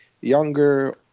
younger